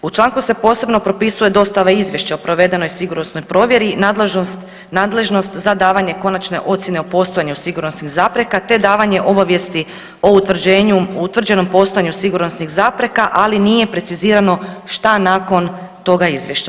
U članku se posebno propisuje dostava izvješća o provedenoj sigurnosnoj provjeri, nadležnost za davanje konačne ocjene o postojanju sigurnosnih zapreka te davanje obavijesti o utvrđenju, utvrđenom postojanju sigurnosnih zapreka, ali nije precizirano što nakon toga izvješća.